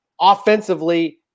offensively